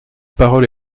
parole